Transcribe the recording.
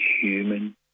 human